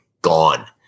gone